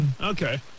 Okay